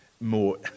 more